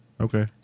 okay